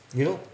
you know